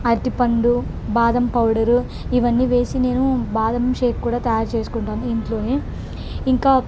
అరటిపండు బాదం పౌడరు ఇవన్నీ వేసి నేను బాదం షేక్ కూడా తయారు చేసుకుంటాను ఇంట్లో ఇంకా